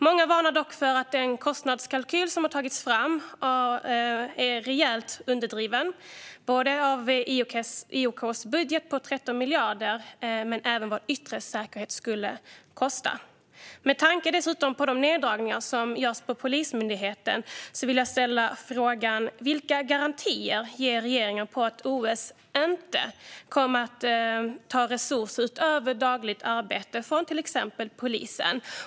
Många varnar dock för att den kostnadskalkyl som tagits fram är rejält underdriven - det gäller både IOK:s budget på 13 miljarder och vad vår yttre säkerhet skulle kosta. Med tanke på de neddragningar som görs på Polismyndigheten vill jag ställa frågan: Vilka garantier ger regeringen för att OS inte kommer att ta resurser utöver dagligt arbete från till exempel polisen?